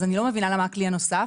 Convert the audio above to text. אז אני לא מבינה למה הכלי הנוסף.